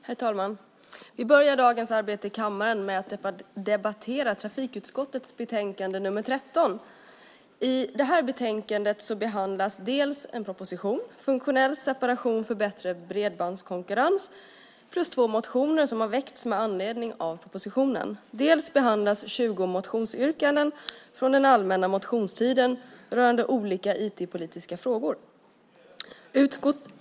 Herr talman! Vi börjar dagens arbete i kammaren med att debattera trafikutskottets betänkande TU13. I detta betänkande behandlas dels en proposition, Funktionell separation för bättre bredbandskonkurrens , plus två motioner som har väckts med anledning av propositionen, dels 20 motionsyrkanden från den allmänna motionstiden rörande olika IT-politiska frågor.